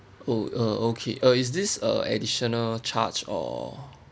oh uh okay uh is this a additional charge or